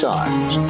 Times